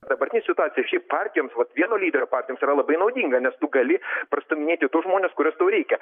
dabartinė situacija šiaip partijoms vat vieno lyderio partijoms yra labai naudinga nes tu gali pastūminėti tuos žmones kuriuos tau reikia